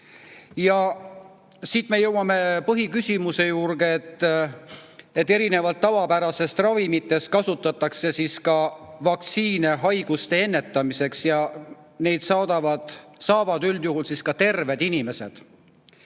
Siit me jõuame põhiküsimuse juurde. Erinevalt tavapärastest ravimitest kasutatakse vaktsiine ka haiguste ennetamiseks ja neid saavad üldjuhul terved inimesed.